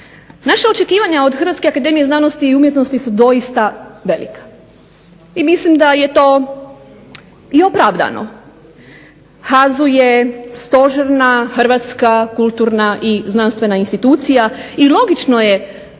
Naša očekivanja od Hrvatske akademije znanosti i umjetnosti su doista velika i mislim da je to opravdano. HAZU je stožerna, Hrvatska kulturna i znanstvena institucija i logično je